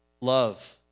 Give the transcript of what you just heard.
Love